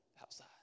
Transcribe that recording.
outside